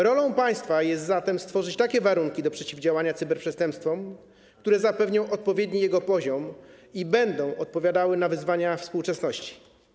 Rolą państwa jest zatem stworzyć takie warunki do przeciwdziałania cyberprzestępstwom, które zapewnią odpowiedni jego poziom i będą odpowiadały na wyzwania współczesności.